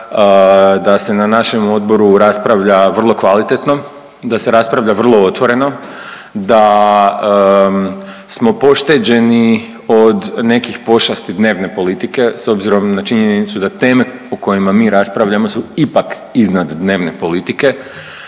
da se na našem odboru raspravlja vrlo kvalitetno, da se raspravlja vrlo otvoreno, da smo pošteđeni od nekih pošasti dnevne politike s obzirom na činjenicu da teme o kojima mi raspravljamo su ipak iznad dnevne politike.